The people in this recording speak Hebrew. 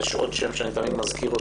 ויש עוד שם שאני תמיד מזכיר,